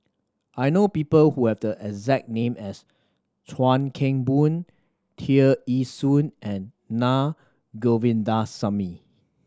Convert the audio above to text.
I know people who have the exact name as Chuan Keng Boon Tear Ee Soon and Na Govindasamy